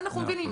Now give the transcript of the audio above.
אנחנו מבינים.